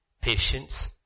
patience